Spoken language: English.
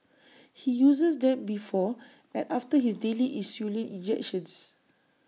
he uses them before and after his daily insulin injections